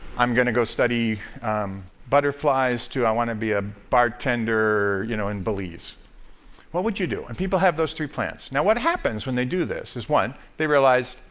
i'm going to go study butterflies to, i want to be a bartender you know in belize what would you do? and people have those three plans. now what happens when they do this is, one, they realize,